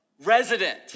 resident